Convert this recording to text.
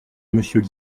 monsieur